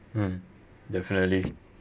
mm definitely